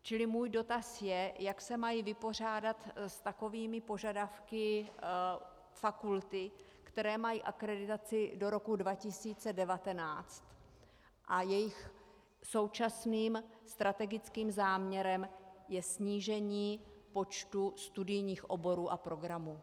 Čili můj dotaz je, jak se mají vypořádat s takovými požadavky fakulty, které mají akreditaci do roku 2019 a jejich současným strategickým záměrem je snížení počtu studijních oborů a programů.